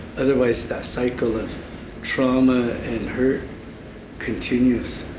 otherwise, that cycle of trauma and hurt continues.